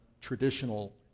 traditional